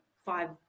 five